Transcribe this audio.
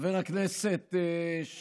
חבר הכנסת שיין,